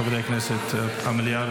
חברי הכנסת במליאה,